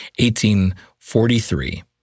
1843